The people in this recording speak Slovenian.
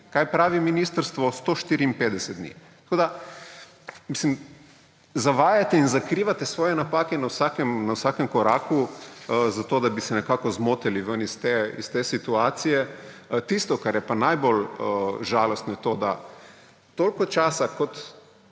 Kaj pravi ministrstvo? 154 dni. Zavajate in zakrivate svoje napake na vsakem koraku zato, da bi se nekako izmotali iz te situacije. Tisto, kar je pa najbolj žalostno, je to, da toliko časa, kot